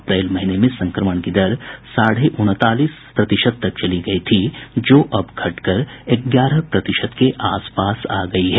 अप्रैल महीने में संक्रमण की दर साढ़े उनतालीस प्रतिशत तक चली गयी थी जो अब घट कर ग्यारह प्रतिशत के आस पास आ गयी है